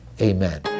Amen